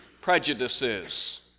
prejudices